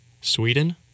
Sweden